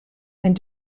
and